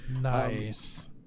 nice